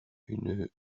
une